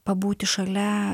pabūti šalia